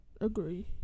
agree